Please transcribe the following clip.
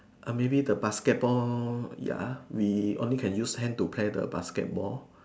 maybe the basketball ya we only can use hand to play the basketball